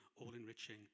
all-enriching